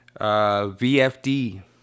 VFD